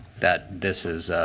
that this is